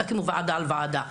תקימו ועדה על ועדה.